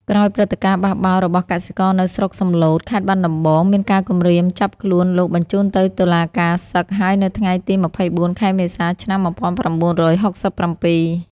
ក្រោយព្រឹត្តិការណ៍បះបោររបស់កសិករនៅស្រុកសំឡូត ខេត្តបាត់ដំបង មានការគំរាមចាប់ខ្លួនលោកបញ្ជូនទៅតុលាការសឹក ហើយនៅថ្ងៃទី ២៤ ខែមេសា ឆ្នាំ ១៩៦៧។